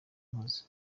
nakoze